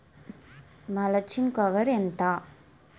Mulching cover ఎంత?